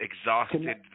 exhausted